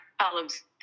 columns